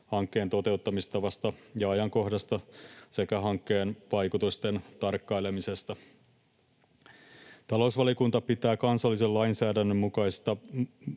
hankkeen toteuttamistavasta ja ajankohdasta sekä hankkeen vaikutusten tarkkailemisesta. Talousvaliokunta pitää kansallisen lainsäädännön muutoksia